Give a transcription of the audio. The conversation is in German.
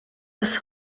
das